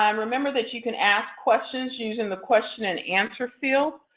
um remember that you can ask questions using the question and answer field.